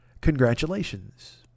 congratulations